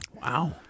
Wow